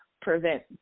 prevent